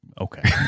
Okay